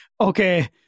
okay